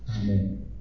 Amen